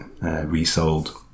resold